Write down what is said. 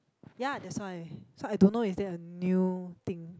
ya that's why so I don't know is there a new thing